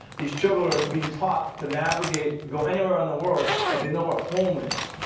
these children are being taught to navigate, go anywhere in the world, but they know where home is.